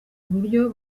uburyo